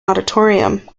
auditorium